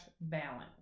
balance